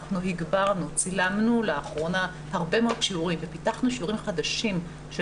אנחנו צילמנו לאחרונה הרבה מאוד שיעורים ופיתחנו שיעורים חדשים של